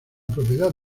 propiedad